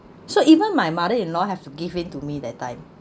so even my mother in law have to give in to me that time